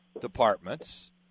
departments